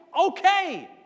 okay